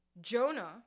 Jonah